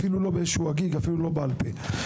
אפילו לא באיזה שהוא הגיג ואפילו לא בעל פה.